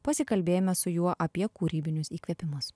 pasikalbėjome su juo apie kūrybinius įkvėpimus